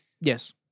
Yes